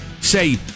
say